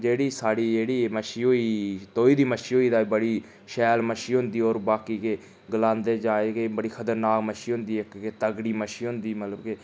जेह्ड़ी साढ़ी जेह्ड़ी मच्छी होई तोही दी मच्छी होई बड़ी शैल मच्छी होंदी होर बाकी केह् गलांदे जां एह् बड़ी खतरनाक मच्छी होंदी इक के तगड़ी मच्छी होंदी मतलब के